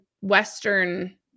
Western